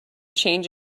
change